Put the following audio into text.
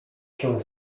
się